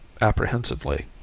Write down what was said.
apprehensively